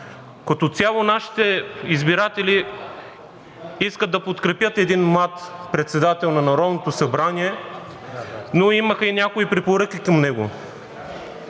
Като цяло нашите избиратели искат да подкрепят един млад председател на Народното събрание, но имаха и някои препоръки към него.